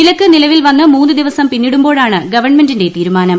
വിലക്ക് നിലവിൽ വന്ന് മൂന്ന് ദീവസ്ം പിന്നിടുമ്പോഴാണ് ഗവൺമെന്റിന്റെ തീരുമാനം